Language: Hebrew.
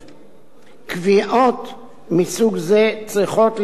קביעות מסוג זה צריכות להיעשות אגב הדיון